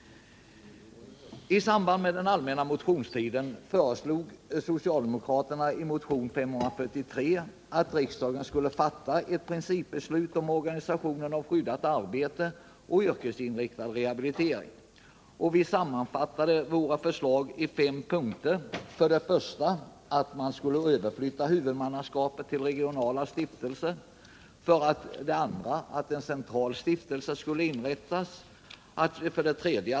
I samband med den allmänna motionstiden under riksmötet 1976/77 föreslog socialdemokraterna i motion nr 543 att riksdagen skulle fatta ett principbeslut om organisationen av skyddat arbete och yrkesinriktad rehabilitering. Vi sammanfattade våra förslag i fem punkter: 1. Man skulle flytta över huvudmannaskapet till regionala stiftelser. 4.